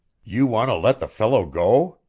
you want to let the fellow go?